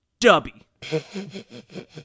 Dubby